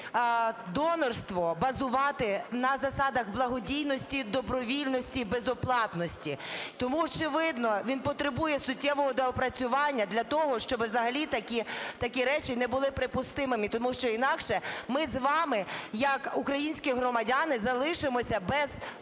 донорство базувати на засадах благодійності, добровільності і безоплатності. Тому, очевидно, він потребує суттєвого доопрацювання для того, щоб взагалі такі речі не були припустимими. Тому що інакше ми з вами як українські громадяни залишимось без донорів,